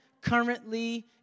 currently